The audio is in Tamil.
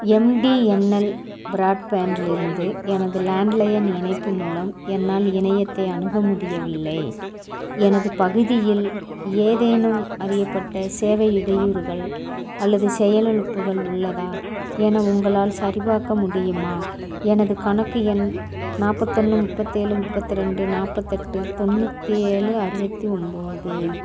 எம்டிஎன்எல் ப்ராட்பேண்ட்டிலிருந்து எனது லேண்ட்லயன் இணைப்பு மூலம் என்னால் இணையத்தை அணுக முடியவில்லை எனது பகுதியில் ஏதேனும் அறியப்பட்ட சேவை இடையூறுகள் அல்லது செயலிழப்புகள் உள்ளதா என உங்களால் சரிபார்க்க முடியுமா எனது கணக்கு எண் நாற்பத்தொன்னு முப்பத்தேழு முப்பத்திரெண்டு நாற்பத்தெட்டு தொண்ணூற்றி ஏழு அறுபத்தி ஒன்போது